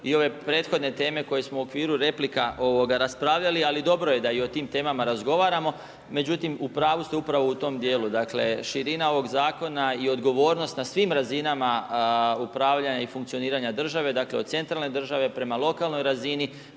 i ove prethodne teme koje smo u okviru replika raspravljali, ali dobro je da i o tim temama razgovaramo međutim, u pravu ste upravo u tom dijelu. Dakle širina ovog zakona i odgovornost na svim razinama upravljanja i funkcioniranje države, dakle, od centralne države, prema lokalnoj razini,